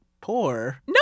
poor